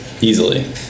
easily